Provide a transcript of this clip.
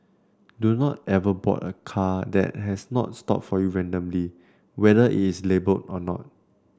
do not ever board a car that has not stop for you randomly whether it's labelled or not